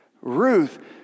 Ruth